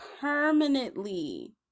permanently